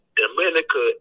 Dominica